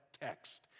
text